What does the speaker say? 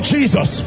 Jesus